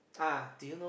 ah